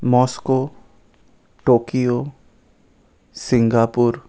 Moscow Tokyo Singapore